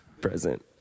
Present